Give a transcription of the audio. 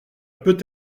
peut